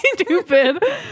stupid